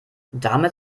damit